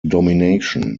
domination